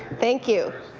thank you.